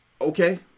Okay